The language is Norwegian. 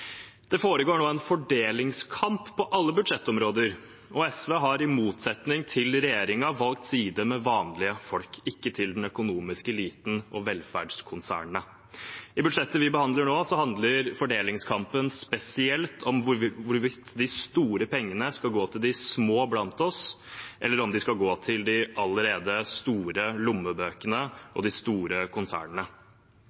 Det foregår nå en fordelingskamp på alle budsjettområder. SV har i motsetning til regjeringen valgt side med vanlige folk, ikke med den økonomiske eliten og velferdskonsernene. I budsjettet vi behandler nå, handler fordelingskampen spesielt om hvorvidt de store pengene skal gå til de små blant oss, eller om de skal gå til de allerede store lommebøkene